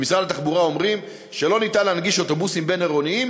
במשרד התחבורה אומרים שאי-אפשר להנגיש אוטובוסים בין-עירוניים,